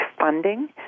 funding